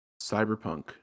Cyberpunk